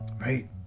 right